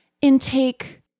intake